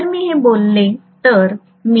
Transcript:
जर मी हे बोलले तर